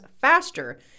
faster